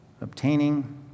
obtaining